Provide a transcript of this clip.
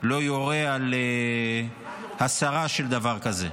לא יורה על הסרה של דבר כזה.